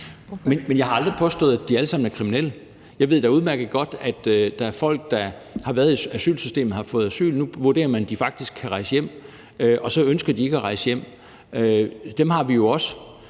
Men jeg har aldrig påstået, at de alle sammen er kriminelle. Jeg ved da udmærket godt, at der er folk, der har været i asylsystemet og har fået asyl, og nu vurderer man, at de faktisk kan rejse hjem, og så ønsker de ikke at rejse hjem. Dem har vi jo også.